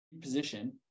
position